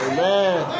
Amen